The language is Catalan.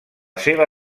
seva